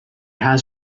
has